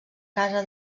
casa